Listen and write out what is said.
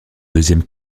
deuxième